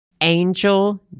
Angel